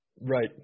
Right